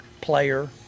player